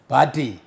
Party